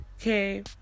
Okay